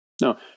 No